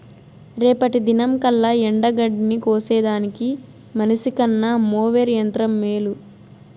రేపటి దినంకల్లా ఎండగడ్డిని కోసేదానికి మనిసికన్న మోవెర్ యంత్రం మేలు